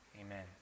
Amen